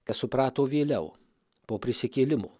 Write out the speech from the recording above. kas suprato vėliau po prisikėlimo